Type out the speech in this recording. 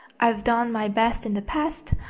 i've done my best in the past,